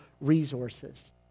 resources